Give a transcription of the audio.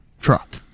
truck